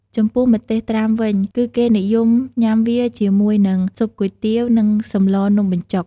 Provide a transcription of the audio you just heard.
ចំពោះម្ទេសត្រាំវិញ គឺគេនិយមញ៉ាំវាជាមួយនិង ស៊ុបគុយទាវ និងសម្លរនំបញ្ចុក។